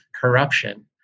corruption